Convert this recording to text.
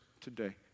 today